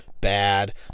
bad